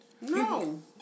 No